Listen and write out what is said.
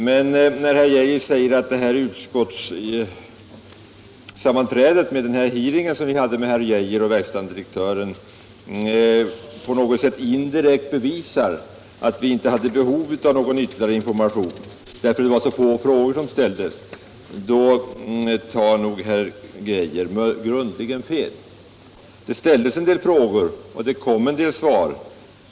Men när herr Geijer säger att utskottssammanträdet med den hearing som vi hade med herr Geijer och verkställande direktören på något sätt indirekt bevisar att vi inte hade behov av någon ytterligare information, därför att det var så få frågor som ställdes, tar nog herr Geijer grundligt fel. Det ställdes en del frågor, och det kom en del svar.